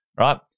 right